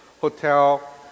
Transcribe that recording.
hotel